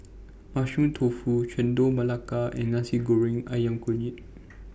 Mushroom Tofu Chendol Melaka and Nasi Goreng Ayam Kunyit